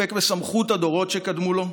ומפקפק בסמכות הדורות שקדמו לה,